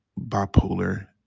bipolar